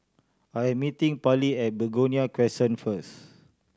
I'm meeting Parley at Begonia Crescent first